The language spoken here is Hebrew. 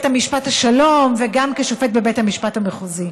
משפט השלום וגם כשופט בבית המשפט המחוזי.